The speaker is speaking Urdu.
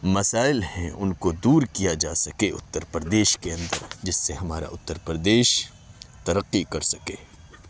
مسائل ہیں ان کو دور کیا جا سکے اتر پردیش کے اندر جس سے ہمارا اتر پردیش ترقی کر سکے